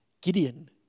Gideon